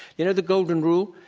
you know the golden rule,